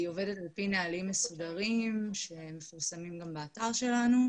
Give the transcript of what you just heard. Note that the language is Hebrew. היא עובדת לפי נהלים מסודרים שמפורסמים גם באתר שלנו.